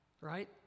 right